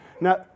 Now